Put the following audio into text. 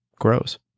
grows